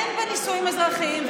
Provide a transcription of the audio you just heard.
אין בה נישואים אזרחיים.